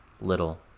little